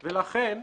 ולכן,